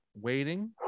waiting